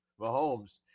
Mahomes